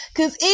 Cause